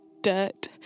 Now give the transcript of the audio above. dirt